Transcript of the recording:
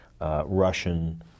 Russian